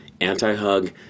Anti-hug